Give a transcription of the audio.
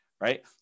Right